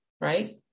right